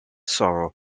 sorrow